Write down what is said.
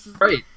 right